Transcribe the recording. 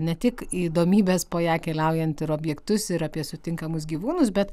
ne tik įdomybės po ją keliaujant ir objektus ir apie sutinkamus gyvūnus bet